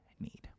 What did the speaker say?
need